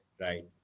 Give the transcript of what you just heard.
right